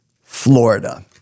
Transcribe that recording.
Florida